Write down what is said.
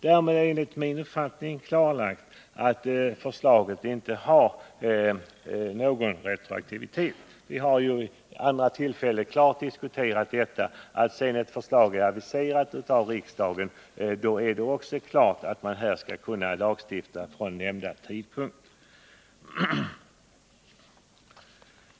Därmed är det enligt min uppfattning klarlagt att förslaget inte innebär någon retroaktivitet. Vi har vid andra tillfällen klart uttalat att man skall kunna lagstifta fr.o.m. den tidpunkt då ett förslag har aviserats.